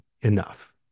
enough